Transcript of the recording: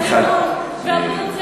החינוך והבריאות,